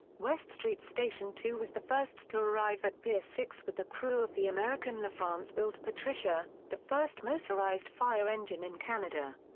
west street's station two was the first to arrive at pier six with the crew of the american lafrance-built patricia, the first motorized fire engine in canada.